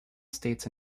states